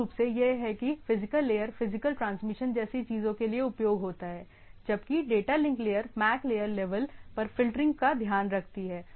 मूल रूप से यह है कि फिजिकल लेयर फिजिकल ट्रांसमिशन जैसी चीजों के लिए उपयोग होता है जबकि data link layer MAC layer level पर फ़िल्टरिंग का ध्यान रखती है